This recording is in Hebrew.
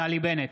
נפתלי בנט,